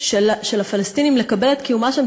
אני נותנת את העובדות כהווייתן.